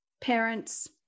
parents